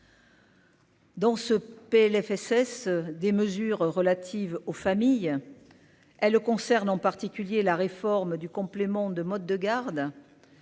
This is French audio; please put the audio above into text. Dans ce PLFSS des mesures relatives aux familles, elle concerne en particulier la réforme du complément de mode de garde